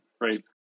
right